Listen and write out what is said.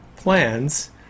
plans